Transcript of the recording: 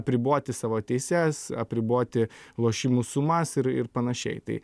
apriboti savo teises apriboti lošimų sumas ir ir panašiai tai